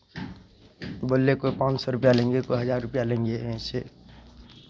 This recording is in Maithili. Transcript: बोललै कोइ पाँच सए रुपैआ लेंगे कोइ हजार रुपैआ लेंगे ऐसे